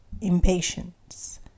impatience